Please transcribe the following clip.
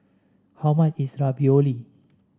how much is Ravioli